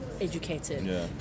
educated